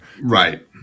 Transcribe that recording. Right